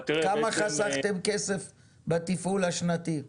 כמה כסף חסכתם בתפעול השנתי?